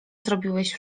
zrobiłeś